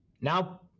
now